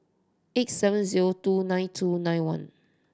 eight seven zero two nine two nine one